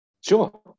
sure